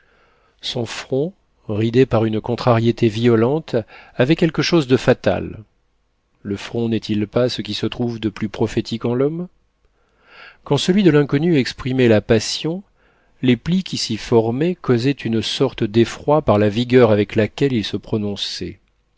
son front ridé par une contrariété violente avait quelque chose de fatal le front n'est-il pas ce qui se trouve de plus prophétique en l'homme quand celui de l'inconnu exprimait la passion les plis qui s'y formaient causaient une sorte d'effroi par la vigueur avec laquelle ils se prononçaient